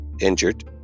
injured